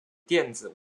电子